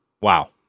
wow